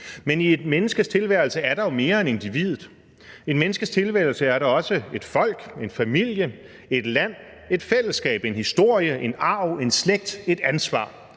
Men i et menneskes tilværelse er der jo mere end individet; i et menneskes tilværelse er der også et folk, en familie, et land, et fællesskab, en historie, en arv, en slægt, et ansvar.